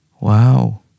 wow